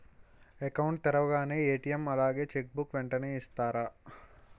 Account తెరవగానే ATM అలాగే cheque book వెంటనే ఇస్తారా?